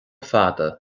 fada